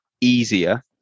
easier